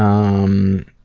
um,